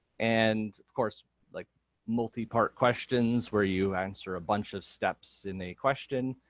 and of course like multi-part questions, where you answer a bunch of steps in a question,